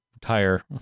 Tire